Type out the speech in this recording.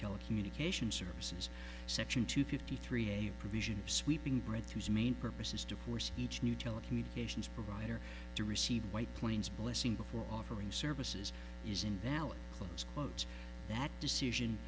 telecommunications services section two fifty three a provision sweeping breakthrough's main purpose is to force each new telecommunications provider to receive white plains blessing before offering services is invalid as quote that decision